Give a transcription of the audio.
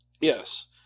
Yes